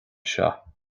seo